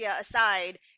aside